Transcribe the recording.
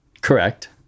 Correct